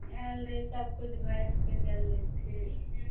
आयल रहै सभकुछ भँसिके गेलै फेर